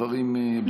הדברים ברורים.